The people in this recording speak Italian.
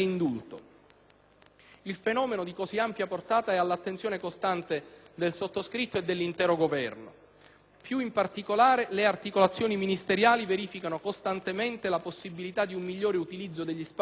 Il fenomeno, di così ampia portata, è all'attenzione costante del sottoscritto e dell'intero Governo. Più in particolare, le articolazioni ministeriali verificano costantemente la possibilità di un miglior utilizzo degli spazi esistenti